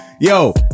Yo